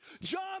John